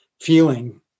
feeling